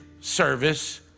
service